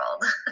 world